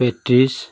patties